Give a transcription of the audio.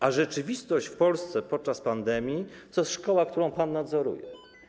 A rzeczywistość w Polsce podczas pandemii to jest szkoła, którą pan nadzoruje.